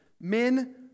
Men